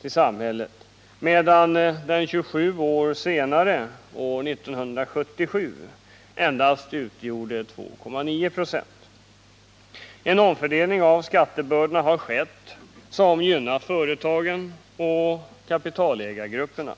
till samhället medan den 27 år senare, år 1977, endast utgjorde 2,9 96. En omfördelning av skattebördorna har skett som gynnat företagen och kapitalägargrupperna.